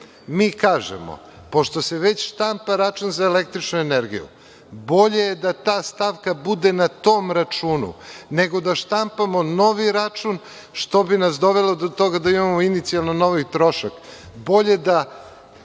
Mi kažemo – pošto se već štampa račun za električnu energiju, bolje je da ta stavka bude na tom računu nego da štampamo novi račun, što bi nas dovelo do toga da imamo inicijalno novi trošak.